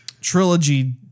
trilogy